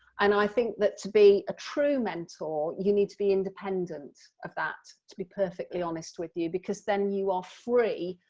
and i think that to be a true mentor you need to be independent of that, to be perfectly honest with you. then you are free